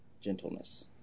gentleness